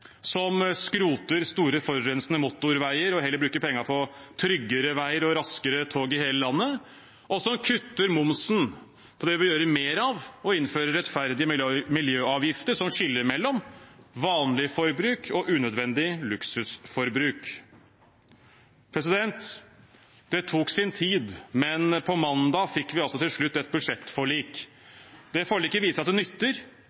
som skroter store forurensende motorveier og heller bruker pengene på tryggere veier og raskere tog i hele landet, som kutter momsen på det vi vil gjøre mer av, og som innfører rettferdige miljøavgifter som skiller mellom vanlig forbruk og unødvendig luksusforbruk. Det tok sin tid, men på mandag fikk vi til slutt et budsjettforlik. Det forliket viser at det nytter